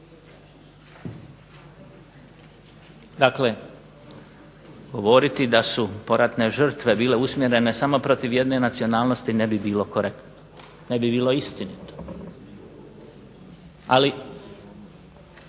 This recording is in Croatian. Dakle, govoriti da su poratne žrtve bile usmjerene samo protiv jedne nacionalnosti ne bi bilo korektno, ne bi bilo istinito. Ali